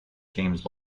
james